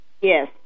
Yes